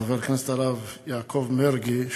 חבר הכנסת הרב יעקב מרגי,